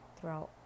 throughout